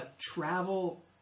travel